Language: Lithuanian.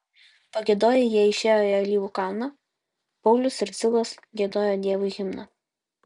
pagiedoję jie išėjo į alyvų kalną paulius ir silas giedojo dievui himną